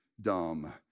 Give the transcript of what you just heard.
dumb